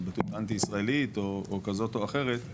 התבטאות אנטי-ישראלית או כזאת או אחרת,